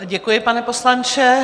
Děkuji, pane poslanče.